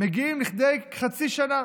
ומגיעים לכדי חצי שנה